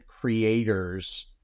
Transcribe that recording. creators